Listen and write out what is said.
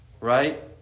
right